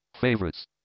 Favorites